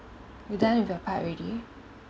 you done with your part already